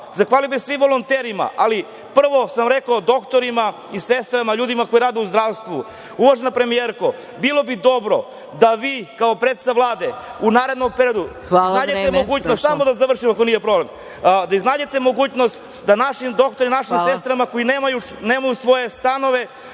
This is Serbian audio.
Zahvalio bih se svim volonterima, ali prvo sam rekao doktorima i sestrama, ljudima koji rade u zdravstvu. Uvažena premijerko, bilo bi dobro da vi kao predsednica Vlade u narednom periodu…(Predsednik: Hvala. Vreme.)Samo da završim ako nije problem.…iznađete mogućnost da našim doktorima, našim sestrama koji nemaju svoje stanove